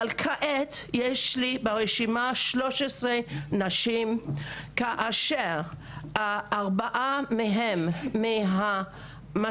אבל כעת יש לי ברשימה 13 נשים כאשר ארבעה מהם במגזר